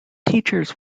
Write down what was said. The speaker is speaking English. teachers